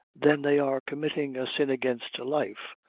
then they are committing a sin against life,